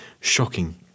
shocking